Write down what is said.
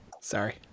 sorry